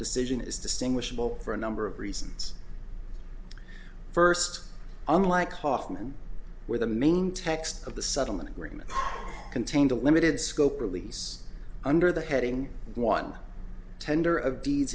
decision is distinguishable for a number of reasons first unlike hoffman where the main text of the settlement agreement contained a limited scope release under the heading one tender o